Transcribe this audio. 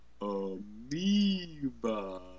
amoeba